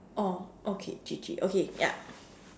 oh okay G_G okay ya